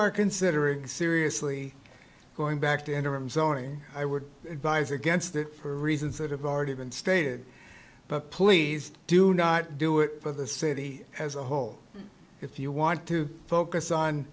are considering seriously going back to interim zoning i would advise against it for reasons that have already been stated but please do not do it for the city as a whole if you want to focus on